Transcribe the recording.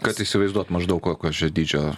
kad įsivaizduot maždaug kokios čia dydžio